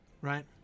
right